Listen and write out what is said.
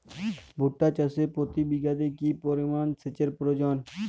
ভুট্টা চাষে প্রতি বিঘাতে কি পরিমান সেচের প্রয়োজন?